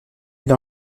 dans